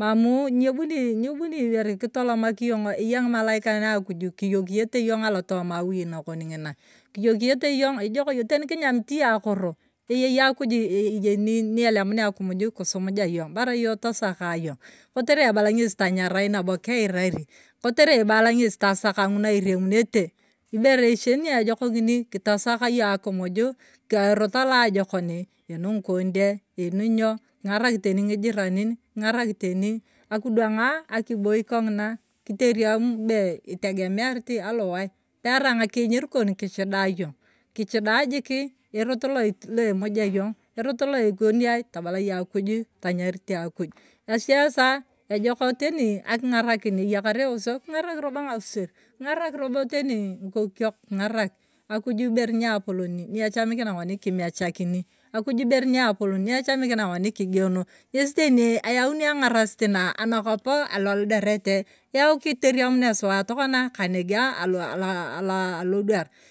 mamu nyebuni ibere kitolomak yong’o eyakasi ng’imalaikai akuju kigokiyete yong’o alotooma awui nakon ng’ina, kiyokiyete yong ijok iyong, teni kinyamit yong akoro eyei akuj ayeni nielemunia akumuj na kisumuja yong bora yong tasaka yong kotire ebala ng’es tanyarai nabo keirari, kotere ebala ng’es tasaka ng’una iremunete, ibere ichie ni ejok ng’eri ng’ini kisak yong akumuju erot aloajokon, inu ng’onde, ino ny’o, king’arak teni ngijirani king’arak teni akidwang’a akiboi kong’ina, kiteriem be itegemearit aliwai, karai ng’akinyir kon kichida yong, kichida jiki erot la emuja yong, erot la ikoniai tabala yong akuju tanyarite akuj echiesa ejok teni aking’arakin iyakar eweso king’arak robo ng’apuser, king’arak bo teni ng’ikokiok, king’arak. Akuju ibere naipolon niepolon niechamikina ng’oni kimechakini, akuj ibere niapolon niechamikina ng’oni kimechakini akuj ibere niapolon niechamikina ng’oni kigeno ngesi teni ayauni ang’arasit na anakopo aloeldorete yau kiteriemuni suwa kaneke ana ana alodwar.